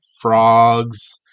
frogs